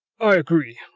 i agree,